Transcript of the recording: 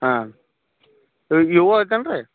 ಹಾಂ sir Vivo ಐತಲ್ರಿ